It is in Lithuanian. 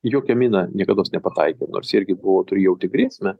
jokia mina niekados nepataikė nors irgi buvo jautė grėsmę